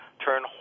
turn